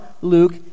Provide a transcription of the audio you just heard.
Luke